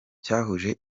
cyahuje